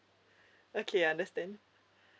okay understand